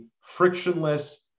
frictionless